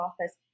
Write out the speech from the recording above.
office